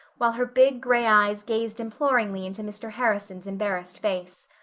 while her big gray eyes gazed imploringly into mr. harrison's embarrassed face.